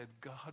God